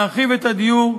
להרחיב את הדיור,